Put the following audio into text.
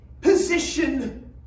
position